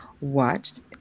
watched